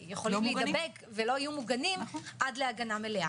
להידבק ולא יהיו מוגנים עד הגנה מלאה.